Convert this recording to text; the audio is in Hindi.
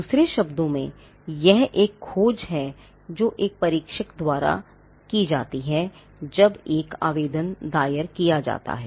दूसरे शब्दों में यह एक खोज है जो एक परीक्षक द्वारा किया जाती है जब एक आवेदन दायर किया जाता है